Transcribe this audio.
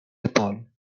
épaules